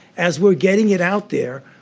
as we're getting it out there,